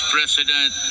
President